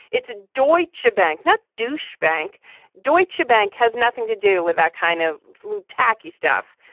it's a deutschebank, not douche. bank deutschebank has nothing to do with that kind of tacky stuff.